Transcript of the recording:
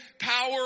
power